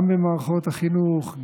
גם במערכות החינוך,